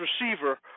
receiver